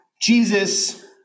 Jesus